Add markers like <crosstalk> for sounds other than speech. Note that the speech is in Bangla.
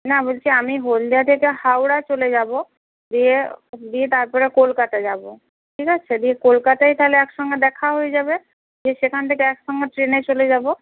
না বলছি আমি হলদিয়া থেকে হাওড়া চলে যাবো <unintelligible> দিয়ে দিয়ে তারপরে কলকাতা যাবো ঠিক আছে দিয়ে কলকাতায়ই তাহলে এক সঙ্গে দেখা হয়ে যাবে <unintelligible> সেখান থেকে এক সঙ্গে ট্রেনে চলে যাবো